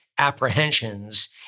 apprehensions